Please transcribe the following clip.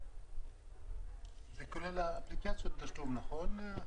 זה כולל אפליקציות תשלום, נכון?